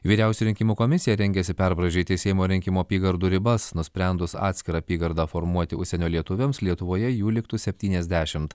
vyriausioji rinkimų komisija rengiasi perbraižyti seimo rinkimų apygardų ribas nusprendus atskirą apygardą formuoti užsienio lietuviams lietuvoje jų liktų septyniasdešimt